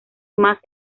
más